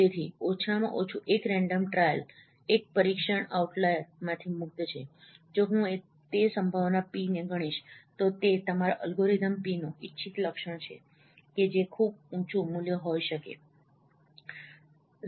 તેથી ઓછામાં ઓછું એક રેન્ડમ ટ્રાયલ એક પરીક્ષણ આઉટલાઈર માંથી મુક્ત છે જો હું તે સંભાવના પી ને ગણીશ તો તે તમારા અલ્ગોરિધમ p નો ઇચ્છિત લક્ષણ છે કે જે ખૂબ ઊંચું મૂલ્ય હોઈ શકે 0